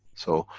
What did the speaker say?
so,